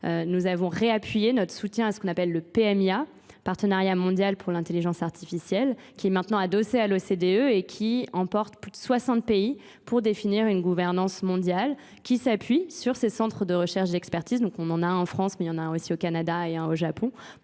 Nous avons réappuyé notre soutien à ce qu'on appelle le PMIA, Partenariat Mondial pour l'Intelligence Artificielle, qui est maintenant adossé à l'OCDE et qui emporte plus de 60 pays pour définir une gouvernance mondiale. qui s'appuie sur ces centres de recherche d'expertise, donc on en a un en France, mais il y en a un aussi au Canada et un au Japon,